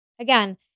Again